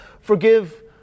forgive